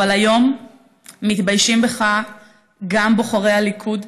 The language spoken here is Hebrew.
אבל היום מתביישים בך גם בוחרי הליכוד,